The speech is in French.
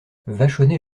vachonnet